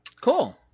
Cool